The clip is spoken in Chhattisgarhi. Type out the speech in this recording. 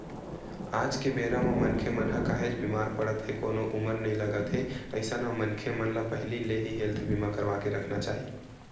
आज के बेरा म मनखे मन ह काहेच बीमार पड़त हे कोनो उमर नइ लगत हे अइसन म मनखे मन ल पहिली ले ही हेल्थ बीमा करवाके रखना चाही